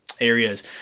areas